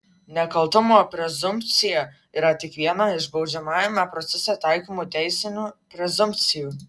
nekaltumo prezumpcija yra tik viena iš baudžiamajame procese taikomų teisinių prezumpcijų